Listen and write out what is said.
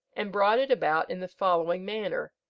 and brought it about in the following manner,